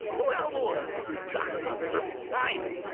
well, well! talk about perfect timing!